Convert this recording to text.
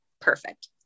perfect